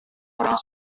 orang